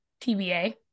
TBA